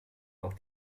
auch